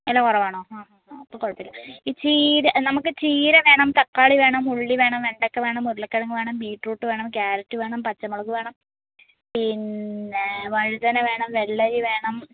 വില കുറവാണോ ആ ആ അപ്പം കുഴപ്പമില്ല ഈ ചീര നമുക്ക് ചീര വേണം തക്കാളി വേണം ഉള്ളി വേണം വെണ്ടയ്ക്ക വേണം ഉരുളക്കിഴങ്ങ് വേണം ബീറ്റ്റൂട്ട് വേണം ക്യാരറ്റ് വേണം പച്ചമുളക് വേണം പിന്നെ വഴുതന വേണം വെള്ളരി വേണം